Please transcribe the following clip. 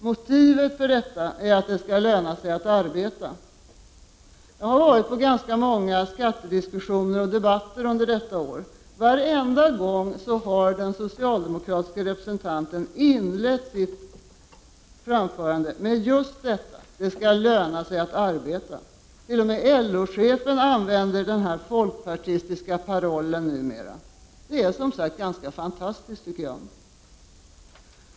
Motivet för detta är att det skall löna sig att arbeta. Jag har varit på ganska många skattedebatter under detta år, och varenda gång har den socialdemokratiske representanten inlett sitt anförande med just detta — det skall löna sig att arbeta. T.o.m. LO-chefen använder numera denna folkpartistiska paroll. Det är, som sagt, ganska fantastiskt.